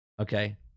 Okay